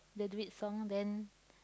the duet song then